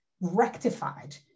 rectified